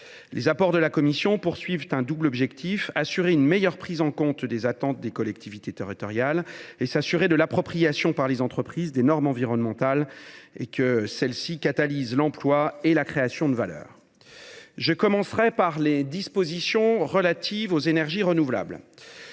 Les apports de la commission visent un double objectif : garantir une meilleure prise en compte des attentes des collectivités territoriales et s’assurer de l’appropriation par les entreprises des normes environnementales, de sorte que ces dernières soient créatrices d’emploi et de valeur. Je commencerai par les dispositions relatives aux énergies renouvelables.